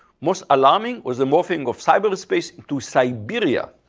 most alarming was a morphing of cyberspace to cyberia.